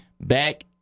Back